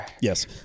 Yes